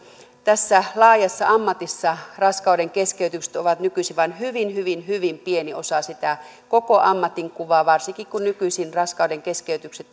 tässä laajassa ammatissa raskaudenkeskeytykset ovat nykyisin vain hyvin hyvin hyvin pieni osa sitä koko ammatinkuvaa varsinkin kun nykyisin raskaudenkeskeytykset